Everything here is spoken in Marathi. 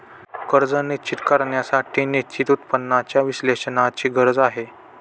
कर्ज निश्चित करण्यासाठी निश्चित उत्पन्नाच्या विश्लेषणाची गरज आहे